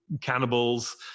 cannibals